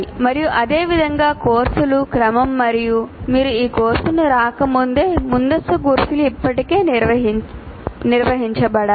మరియు అదేవిధంగా కోర్సులు క్రమం మరియు మీరు ఈ కోర్సుకు రాకముందే ముందస్తు కోర్సులు ఇప్పటికే నిర్వహించబడాలి